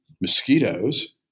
mosquitoes